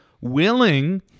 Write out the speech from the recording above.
Willing